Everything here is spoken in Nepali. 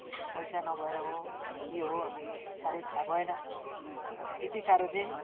पैसा नभएर हो के हो अब् त्यो साह्रै थाहा भएन र अब त्यतिसाह्रो चाहिँ